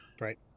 Right